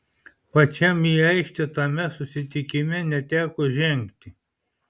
pačiam į aikštę tame susitikime neteko žengti